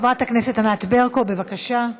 חברת הכנסת ענת ברקו, בבקשה.